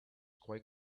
quite